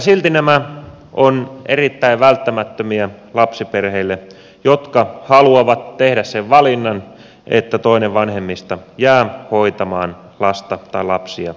silti nämä ovat erittäin välttämättömiä niille lapsiperheille jotka haluavat tehdä sen valinnan että toinen vanhemmista jää hoitamaan lasta tai lapsia kotiin